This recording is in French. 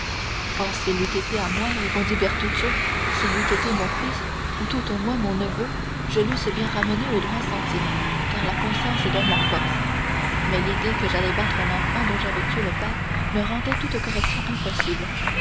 s'il eût été à moi répondit bertuccio s'il eût été mon fils ou tout au moins mon neveu je l'eusse bien ramené au droit sentier car la conscience donne la force mais l'idée que j'allais battre un enfant dont j'avais tué le père me rendait toute correction impossible